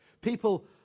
People